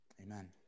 Amen